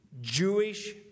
Jewish